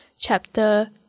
Chapter